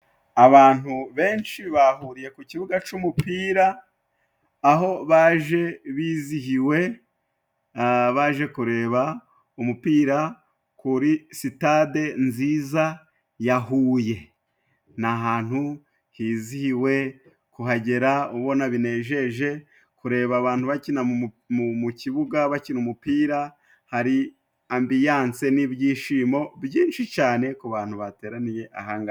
Abantu benshi bahuriye ku kibuga c’umupira, aho baje bizihiwe, baje kureba umupira kuri sitade nziza ya Huye. Ni ahantu hizihiwe kuhagera, ubona binejeje kureba abantu bakina mu kibuga bakina umupira. Hari ambiyanse n’ibyishimo byinshi cane ku bantu bateraniye ahangaha.